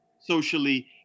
socially